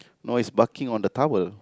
no is barking on the tower